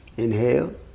Inhale